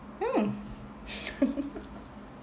mm